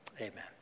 Amen